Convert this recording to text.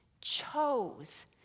chose